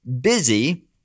busy